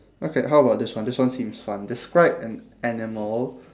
okay how about this one this one seems fun describe an animal